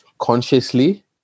Consciously